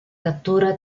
cattura